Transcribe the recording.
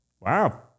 Wow